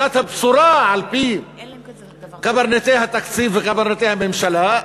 שנת הבשורה על-פי קברניטי התקציב וקברניטי הממשלה,